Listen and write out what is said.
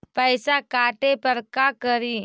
पैसा काटे पर का करि?